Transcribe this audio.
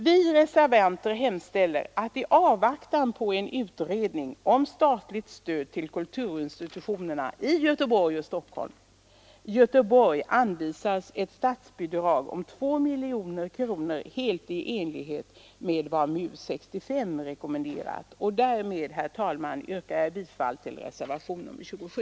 Vi reservanter hemställer att — i avvaktan på en utredning om statligt stöd till kulturinstitutionerna i Göteborg och Stockholm — till museiverksamheten i Göteborg anvisas ett statsbidrag om 2 miljoner kronor i enlighet med vad MUS 65 rekommenderat. Därmed, herr talman, yrkar jag bifall till reservationen 27.